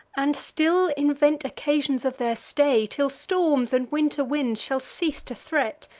and still invent occasions of their stay, till storms and winter winds shall cease to threat,